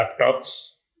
laptops